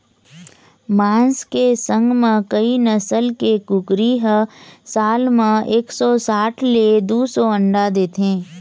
मांस के संग म कइ नसल के कुकरी ह साल म एक सौ साठ ले दू सौ अंडा देथे